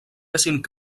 cinc